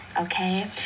Okay